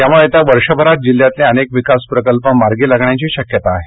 त्यामुळे येत्या वर्षभरात जिल्ह्यातले अनेक विकास प्रकल्प मार्गी लागण्याची शक्यता आहे